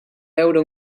veure